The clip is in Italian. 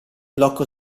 blocco